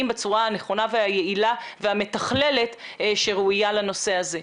בצורה הנכונה והיעילה והמתכללת שראויה לנושא הזה.